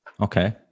okay